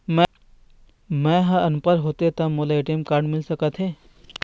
मैं ह अनपढ़ होथे ता मोला ए.टी.एम कारड मिल सका थे?